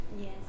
Yes